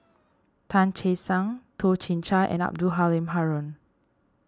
Tan Che Sang Toh Chin Chye and Abdul Halim Haron